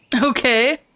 Okay